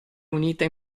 unita